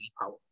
power